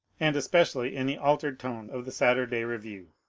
and especially in the altered tone of the saturday review.